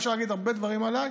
אפשר להגיד הרבה דברים עליי,